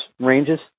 ranges